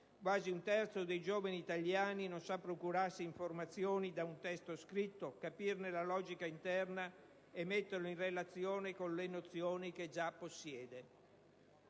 quasi un terzo dei giovani italiani non sa procurarsi informazioni da un testo scritto, capirne la logica interna e metterlo in relazione con le nozioni che già possiede.